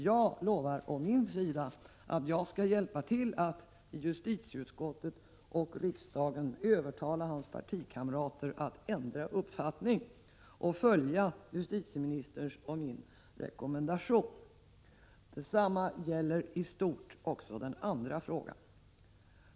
Jag lovar å min sida att jag skall hjälpa till att i justitieutskottet och i riksdagen övertala hans partikamrater att ändra uppfattning och följa justitieministerns och min rekommendation. Detsamma gäller i stort också den andra frågan.